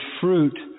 fruit